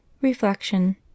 Reflection